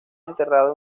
enterrado